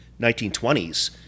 1920s